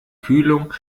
kühlung